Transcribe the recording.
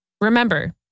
Remember